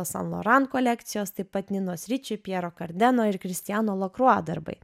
san loran kolekcijos taip pat ninos riči piero kardeno ir kristiano lakroa darbai